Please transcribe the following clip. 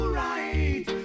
right